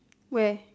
where